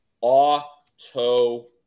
Auto